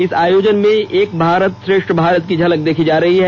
इस आयोजन में एक भारत श्रेष्ठ भारत की झलक देखी जा रही है